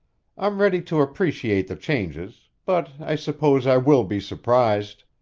i'm ready to appreciate the changes, but i suppose i will be surprised.